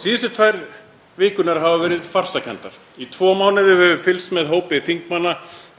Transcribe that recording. Síðustu tvær vikurnar hafa verið farsakenndar. Í tvo mánuði höfum við fylgst með hópi þingmanna